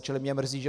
Čili mě mrzí, že